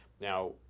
Now